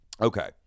Okay